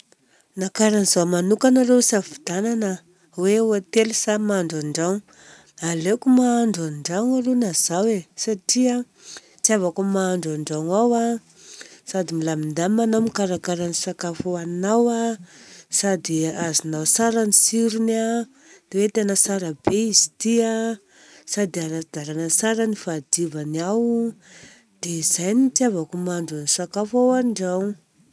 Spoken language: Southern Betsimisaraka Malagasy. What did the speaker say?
Na kara an'izaho manokana arô ampisafidianana hoe hotely sa mahandro an-dragno dia aleoko mahandro an-dragno aloha na zaho e. Satria tiavako mahandro an-dragno ao a, sady milamindamina anao Mikarakara ny sakafo ohaninao a, sady azonao tsara ny tsirony a, dia hoe tena tsara be izy ty a, sady ara-dalana tsara ny fahadiovany ao. Dia izay tiavako mahandro ny sakafo ao an-dragno.